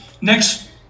next